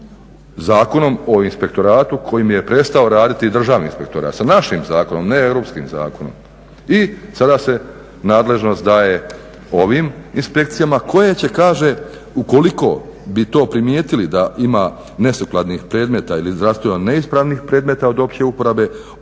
Zakonom o inspektoratu kojim je prestao raditi Državni inspektorat, sa našim zakonom, ne europskim zakonom. I sada se nadležnost daje ovim inspekcijama koje će kaže ukoliko bi to primijetili da ima nesukladnih predmeta ili zdravstveno neispravnih predmeta od opće uporabe odmah